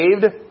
saved